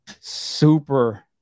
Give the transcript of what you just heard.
Super